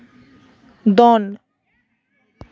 ᱫᱚᱱ